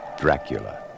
Dracula